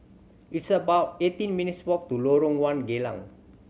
it's about eighteen minutes' walk to Lorong One Geylang